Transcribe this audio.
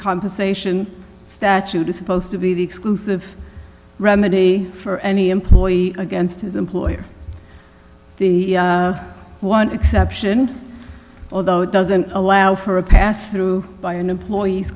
compensation statute is supposed to be the exclusive remedy for any employee against his employer the one exception although doesn't allow for a pass through by an employee's